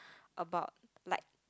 about like